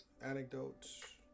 anecdotes